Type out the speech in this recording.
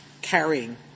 carrying